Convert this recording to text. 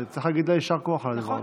וצריך להגיד לה יישר כוח על הדבר הזה.